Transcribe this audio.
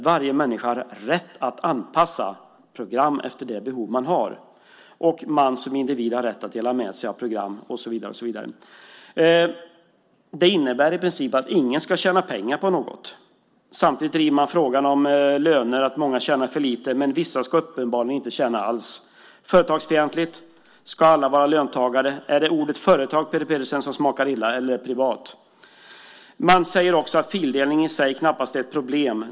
Varje människa har rätt att anpassa program efter de behov man har och som individ har man rätt att dela med sig av program och så vidare, tycker Peter Pedersen. Det innebär i princip att ingen ska tjäna pengar på något. Samtidigt driver man frågan om löner och säger att många tjänar för lite. Men vissa ska uppenbarligen inte tjäna någonting alls. Det är företagsfientligt. Ska alla vara löntagare? Är det ordet "företag", Peter Pedersen, som smakar illa eller är det ordet "privat"? Man säger också att fildelning i sig knappast är ett problem.